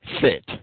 fit